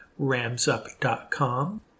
ramsup.com